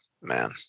man